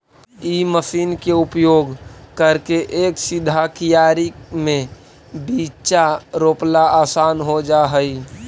इ मशीन के उपयोग करके एक सीधा कियारी में बीचा रोपला असान हो जा हई